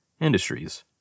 industries